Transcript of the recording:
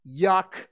yuck